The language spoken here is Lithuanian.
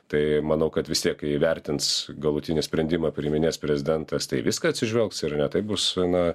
tai manau kad vis tiek kai įvertins galutinį sprendimą priiminės prezidentas tai viską atsižvelgs ir ne taip bus na